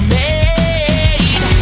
made